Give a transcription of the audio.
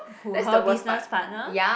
who her business partner